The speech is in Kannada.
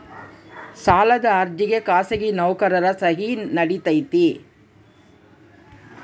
ಸಾಲದ ಅರ್ಜಿಗೆ ಖಾಸಗಿ ನೌಕರರ ಸಹಿ ನಡಿತೈತಿ?